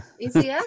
Easy